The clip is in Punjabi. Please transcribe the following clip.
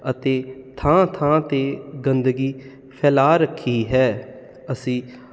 ਅਤੇ ਥਾਂ ਥਾਂ 'ਤੇ ਗੰਦਗੀ ਫੈਲਾ ਰੱਖੀ ਹੈ ਅਸੀਂ